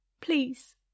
Please